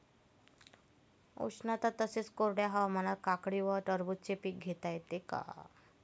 उष्ण तसेच कोरड्या हवामानात काकडी व टरबूज हे पीक घेता येते का?